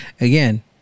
again